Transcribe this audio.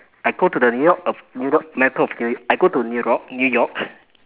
I go to the new-york of new-york of new I go to new rock new-york